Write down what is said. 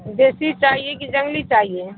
دیسی چاہیے کہ جنگلی چاہیے